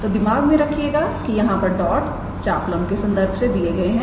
तो दिमाग में रखिएगा कि यहां पर डॉट चापलंब के संदर्भ से दिए गए हैं